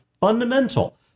fundamental